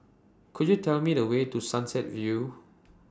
Could YOU Tell Me The Way to Sunset View